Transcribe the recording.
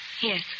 Yes